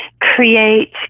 create